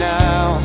now